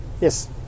Yes